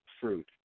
fruit